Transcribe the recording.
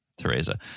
Teresa